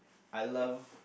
I love